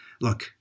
Look